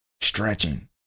stretching